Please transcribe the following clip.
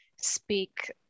speak